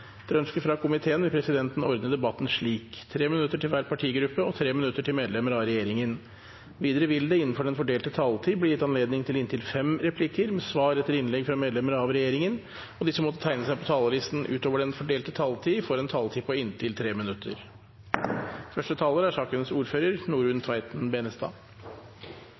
Etter ønske fra kommunal- og forvaltningskomiteen vil presidenten ordne debatten slik: 5 minutter til hver partigruppe og 5 minutter til medlemmer av regjeringen. Videre vil det – innenfor den fordelte taletid – bli gitt anledning til inntil fem replikker med svar etter innlegg fra medlemmer av regjeringen, og de som måtte tegne seg på talerlisten utover den fordelte taletid, får en taletid på inntil 3 minutter. Komiteen har behandlet disse to representantforslagene under ett. Det er